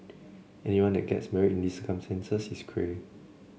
anyone that gets married in these circumstances is cray